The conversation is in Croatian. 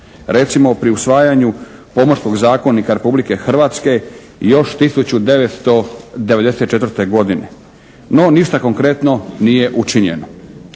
Recimo, pri usvajanju Pomorskog zakonika Republike Hrvatske još 1994. godine. No ništa konkretno nije učinjeno.